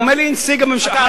אומר לי נציג הממשלה,